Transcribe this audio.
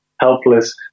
helpless